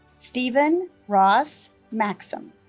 stephen ross maxim